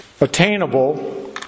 attainable